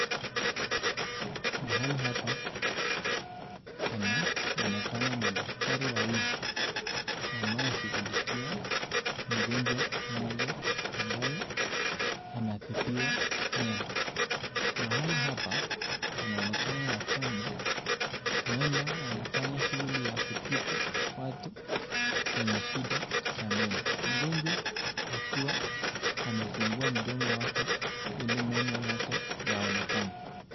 Mahali hapa panaonekana madaktari wawili, wanaoshughulikia mgonjwa mmoja ambaye anatibiwa meno, mahali hapa panaonekana yakwmaba huenda wanafanya shughuli ya kutibu watu wenye shida za meno, mgonjwa akiwa amfungua mdomo wake ili meno yake yaonakane.